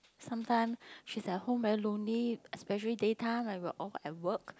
sometime she's at home very lonely especially daytime I got off at work